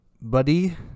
buddy